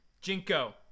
Jinko